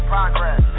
Progress